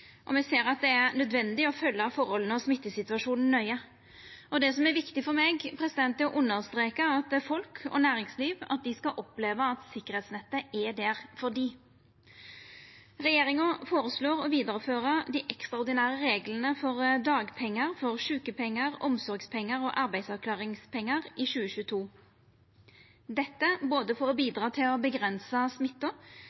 og me ser at det er nødvendig å følgja forholda og smittesituasjonen nøye. Det som er viktig for meg, er å understreka at folk og næringsliv skal oppleva at sikkerheitsnettet er der for dei. Regjeringa føreslår å vidareføra dei ekstraordinære reglane for dagpengar, sjukepengar, omsorgspengar og arbeidsavklaringspengar i 2022 – dette både for å